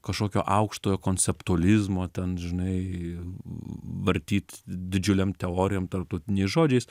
kažkokio aukštojo konceptualizmo ten žinai vartyt didžiulėm teorijom tarptautiniais žodžiais